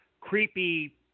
creepy